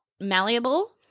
malleable